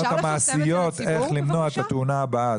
המעשיות של איך למנוע את התאונה הבאה.